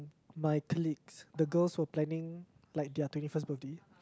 my colleagues the girls were planning like their twenty first birthday